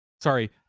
sorry